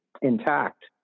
intact